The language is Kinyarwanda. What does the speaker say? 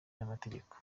n’amategeko